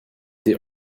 the